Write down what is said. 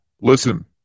listen